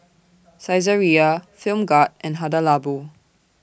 Saizeriya Film God and Hada Labo